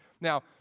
Now